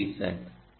q u i e c e n t